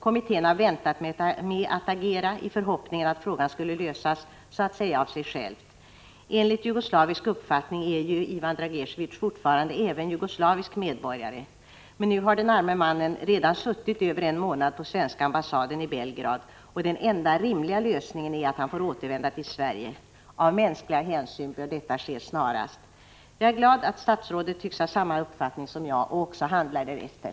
Kommittén har väntat med att agera, i förhoppning om att frågan skall lösas så att säga av sig själv. Enligt jugoslavisk uppfattning är Ivan Dragitevié fortfarande även jugoslavisk medborgare, men nu har den arme mannen redan suttit över en månad på svenska ambassaden i Belgrad, och den enda rimliga lösningen är att han får återvända till Sverige. Av mänskliga hänsyn bör detta ske snarast möjligt. Jag är glad att statsrådet tycks ha samma uppfattning som jag och också handlar därefter.